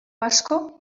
asko